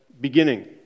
beginning